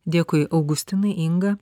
dėkui augustinai inga